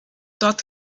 dort